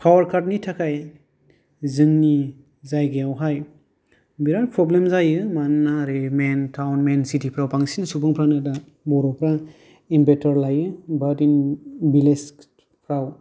power काटनि थाखाय जोंनि जायगायावहाय बिराद प्रब्लेम जायो मानोना ओरै मैन टाउन मैन चिटिआव बांसिन सुबुंफ्रानो दा बर'फ्रा इनभार्टार लायो बाट इन भिलेजफ्राव